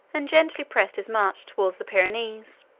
and gently pressed his march towards the pyrenees